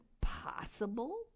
possible